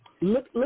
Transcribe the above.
Look